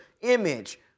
image